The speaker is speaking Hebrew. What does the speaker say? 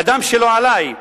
הדם שלו עלי.